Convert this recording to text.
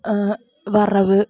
വറവ്